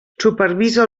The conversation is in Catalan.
supervisa